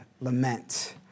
lament